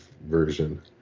version